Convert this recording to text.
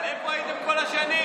איפה הייתם כל השנים?